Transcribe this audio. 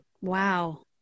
Wow